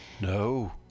No